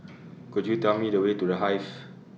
Could YOU Tell Me The Way to The Hive